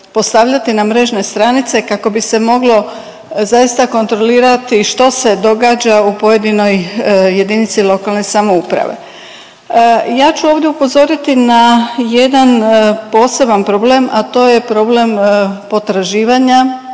postavljati na mrežne stranice kako bi se moglo zaista kontrolirati što se događa u pojedinoj jedinici lokalne samouprave. Ja ću ovdje upozoriti na jedan poseban problem potraživanja